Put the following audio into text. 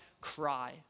cry